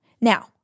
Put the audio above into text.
Now